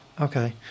Okay